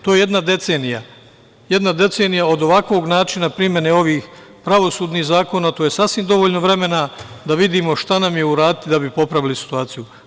To je jedna decenija, jedna decenija od ovakvog načina primene ovih pravosudnih zakona, a to je sasvim dovoljno vremena da vidimo šta nam je uraditi da bi popravili situaciju.